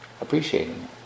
appreciating